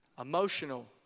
Emotional